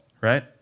right